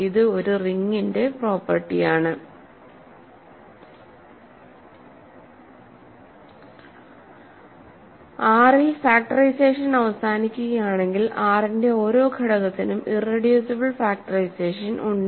ഇത് ഒരു റിങ്ങിന്റെ പ്രോപ്പർട്ടി ആണ് R ൽ ഫാക്ടറൈസേഷൻ അവസാനിക്കുകയാണെങ്കിൽ R ന്റെ ഓരോ ഘടകത്തിനും ഇറെഡ്യൂസിബിൾ ഫാക്ടറൈസേഷൻ ഉണ്ട്